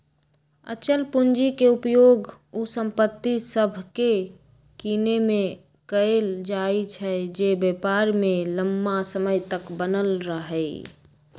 अचल पूंजी के उपयोग उ संपत्ति सभके किनेमें कएल जाइ छइ जे व्यापार में लम्मा समय तक बनल रहइ